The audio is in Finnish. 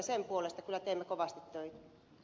sen puolesta kyllä teemme kovasti töitä